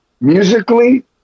musically